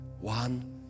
One